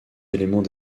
éléments